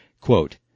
Quote